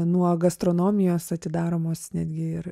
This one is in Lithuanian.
nuo gastronomijos atidaromos netgi ir